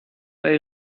bei